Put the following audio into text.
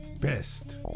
Best